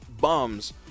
bums